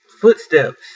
footsteps